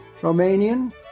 Romanian